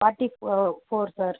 forty four four sir